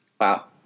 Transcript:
Wow